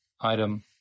item